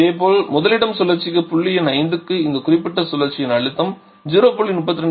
இதேபோல் முதலிடம் சுழற்சிக்கு புள்ளி எண் 5 க்கு இந்த குறிப்பிட்ட புள்ளியின் அழுத்தம் 0